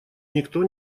никто